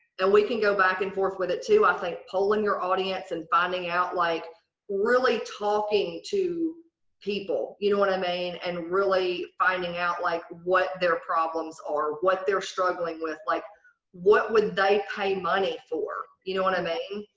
and we can go back and forth with it, too. i think pulling your audience and finding out like really talking to people, you know what i mean? and really finding out like what their problems are, what they're struggling with, like what would they pay money for, you know what i mean?